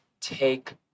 take